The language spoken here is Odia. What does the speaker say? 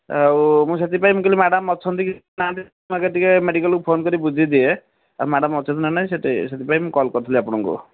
ଆଉ ମୁଁ ସେଥିପାଇଁ କହିଲି ମ୍ୟାଡ଼ମ୍ ଅଛନ୍ତି କି ନାହାଁନ୍ତି ମୁଁ ଆଗେ ଟିକିଏ ମେଡ଼ିକାଲ୍ ଫୋନ୍ କରି ବୁଝିଦିଏ ମ୍ୟାଡ଼ମ୍ ଅଛନ୍ତି ନା ନାହିଁ ସେଠି ସେଥିପାଇଁ ମୁଁ କଲ୍ କରିଥିଲି ଆପଣଙ୍କୁ